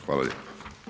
Hvala lijepo.